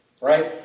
Right